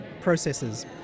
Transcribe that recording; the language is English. processes